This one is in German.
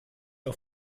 auf